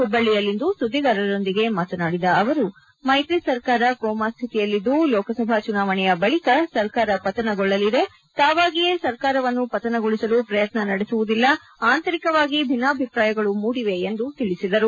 ಹುಬ್ಬಳಿಯಲ್ಲಿಂದು ಸುದ್ದಿಗಾರರೊಂದಿಗೆ ಮಾತನಾಡಿದ ಅವರು ಮೈತ್ರಿ ಸರ್ಕಾರ ಕೋಮಾ ಸ್ವಿತಿಯಲ್ಲಿದ್ದು ಲೋಕಸಭಾ ಚುನಾವಣೆಯ ಬಳಿಕ ಸರ್ಕಾರ ಪತನಗೊಳ್ಳಲಿದೆ ತಾವಾಗಿಯೇ ಸರ್ಕಾರವನ್ನು ಪತನಗೊಳಿಸಲು ಪ್ರಯತ್ನ ನಡೆಸುವುದಿಲ್ಲಅಂತರಿಕವಾಗಿ ಭಿನ್ನಬಿಪ್ರಾಯಗಳು ಮೂಡಿವೆ ಎಂದು ತಿಳಿಸಿದರು